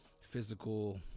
Physical